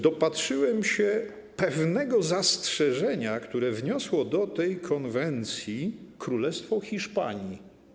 Dopatrzyłem się pewnego zastrzeżenia, które wniosło do tej konwencji Królestwo Hiszpanii.